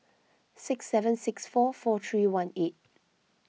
six seven six four four three one eight